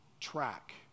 track